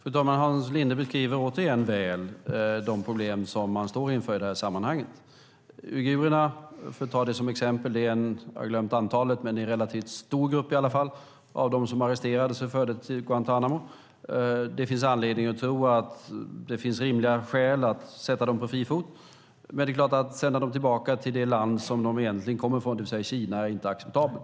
Fru talman! Hans Linde beskriver, återigen, väl de problem som man står inför i det här sammanhanget. Uigurerna, för att ta dem som exempel, är en relativt stor grupp - jag har glömt antalet - bland dem som arresterades och fördes till Guantánamo. Det finns anledning att tro att det finns rimliga skäl att sätta dem på fri fot. Att sända dem tillbaka till det land som de egentligen kommer från, det vill säga Kina, är inte acceptabelt.